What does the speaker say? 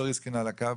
בזום.